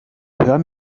hör